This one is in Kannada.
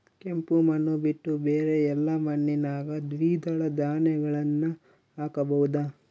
ಕೆಂಪು ಮಣ್ಣು ಬಿಟ್ಟು ಬೇರೆ ಎಲ್ಲಾ ಮಣ್ಣಿನಾಗ ದ್ವಿದಳ ಧಾನ್ಯಗಳನ್ನ ಹಾಕಬಹುದಾ?